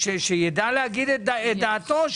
שיידע לומר את דעתו,